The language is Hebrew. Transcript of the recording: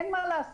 אין מה לעשות,